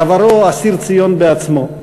בעברו אסיר ציון בעצמו,